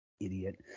idiot